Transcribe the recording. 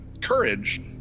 courage